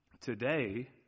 Today